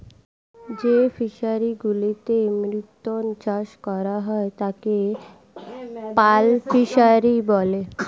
যেই ফিশারি গুলিতে মুক্ত চাষ করা হয় তাকে পার্ল ফিসারী বলে